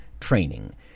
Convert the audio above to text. training